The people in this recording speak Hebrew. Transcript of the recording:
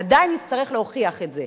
עדיין נצטרך להוכיח את זה,